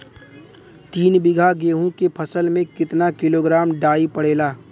तीन बिघा गेहूँ के फसल मे कितना किलोग्राम डाई पड़ेला?